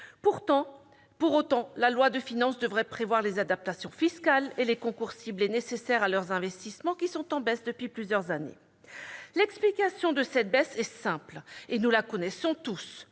Pour autant, la loi de finances devrait prévoir les adaptations fiscales et les concours ciblés nécessaires à leurs investissements, qui sont en baisse depuis plusieurs années. L'explication de cette baisse est simple, et nous la connaissons tous